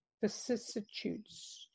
vicissitudes